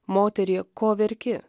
moterie ko verki